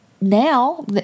now